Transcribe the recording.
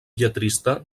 lletrista